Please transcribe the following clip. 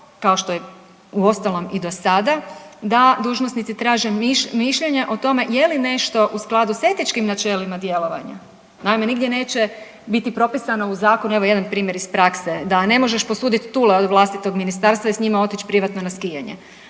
kao što je uostalom i do sada, da dužnosnici traže mišljenje o tome je li nešto u skladu s etičkim načelima djelovanja. Naime, nigdje neće biti propisano u zakonu, evo jedan primjer iz prakse, da ne možeš posudit .../Govornik se ne razumije./... vlastitog ministarstva i s njima otići privatno na skijanje.